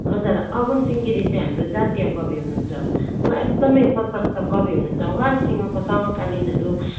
हजुर अगमसिंह गिरी चाहिँ हाम्रो जातीय कवि हुनुहुन्छ वहाँ एकदमै सशक्त कवि हुनुहुन्छ उहाँसँगको समकालिनहरू